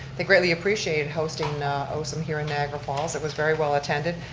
they greatly appreciated hosting osum here in niagara falls, it was very well attended.